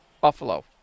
Buffalo